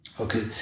Okay